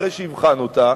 אחרי שיבחן אותה,